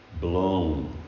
blown